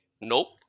nope